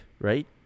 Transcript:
right